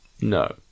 no